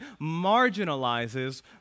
marginalizes